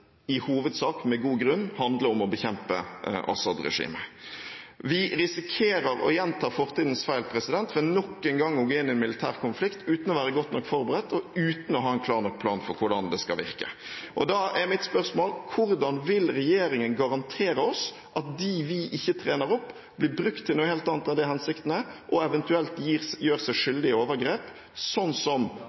i hovedsak med god grunn handle om å bekjempe Assad-regimet. Vi risikerer å gjenta fortidens feil ved nok en gang å gå inn i en militærkonflikt uten å være godt nok forberedt og uten å ha en klar nok plan for hvordan det skal virke. Da er mitt spørsmål: Hvordan vil regjeringen garantere at de vi trener opp, ikke blir brukt til noe helt annet enn det hensikten er, og eventuelt gjør seg skyldig i overgrep, sånn som